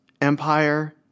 Empire